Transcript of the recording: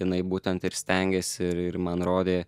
jinai būtent ir stengėsi ir ir man rodė